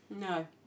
No